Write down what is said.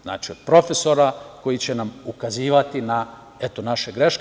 Znači, od profesora koji će nam ukazivati na greške.